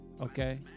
okay